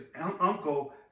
uncle